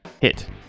hit